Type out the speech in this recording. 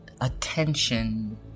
attention